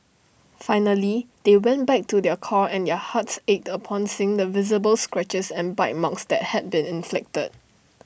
finally they went back to their car and their hearts ached upon seeing the visible scratches and bite marks had been inflicted